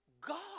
God